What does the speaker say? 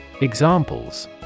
Examples